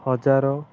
ହଜାର